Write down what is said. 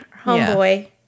homeboy